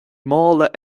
mála